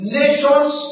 nations